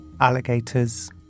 alligators